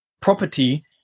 property